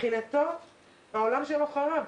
מבחינתו העולם שלו חרב.